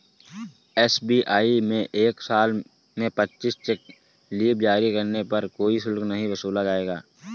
SBI में एक साल में पच्चीस चेक लीव जारी करने पर कोई शुल्क नहीं वसूला जाएगा